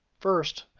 first,